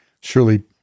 surely